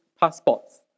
passports